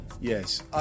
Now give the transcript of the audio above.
Yes